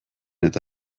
eta